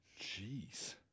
Jeez